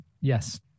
yes